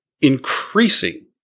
increasing